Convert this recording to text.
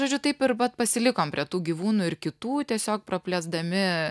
žodžiu taip ir va pasilikom prie tų gyvūnų ir kitų tiesiog praplėsdami